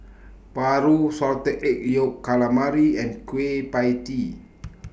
Paru Salted Egg Yolk Calamari and Kueh PIE Tee